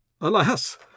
Alas